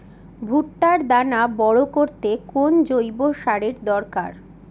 ভুট্টার দানা বড় করতে কোন জৈব সারের দরকার?